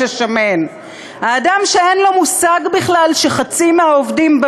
השמן"; האדם שאין לו מושג בכלל שחצי מהעובדים,